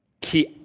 key